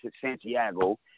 Santiago